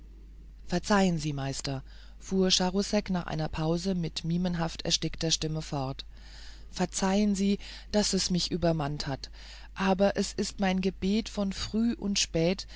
verzeihen sie meister fuhr charousek nach einer pause mit mimenhaft erstickter stimme fort verzeihen sie daß es mich übermannt hat aber es ist mein gebet früh und spät